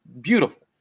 Beautiful